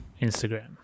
Instagram